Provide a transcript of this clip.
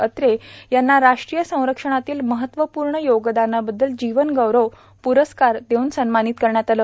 अत्रे यांना राष्ट्रीय संरक्षणातील महत्वपूण योगदानाबद्दल जीवनगौरव पुरस्कार देऊन सन्मानत करण्यात आले